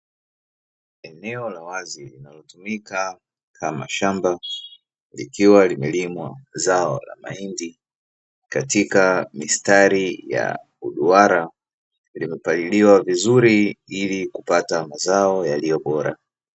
Eneo la wazi linalotumika kama shamba likiwa limelimwa zao la mahindi katika mistari ya uduara, limepaliliwa vizuri ili kupata mazao yaliyo bora.